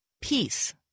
peace